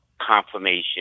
confirmation